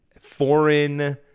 foreign